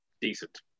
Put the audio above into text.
decent